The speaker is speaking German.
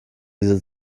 diese